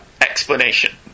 explanation